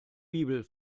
bibel